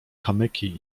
kamyki